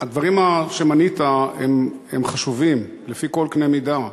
הדברים שמנית הם חשובים לפי כל קנה מידה.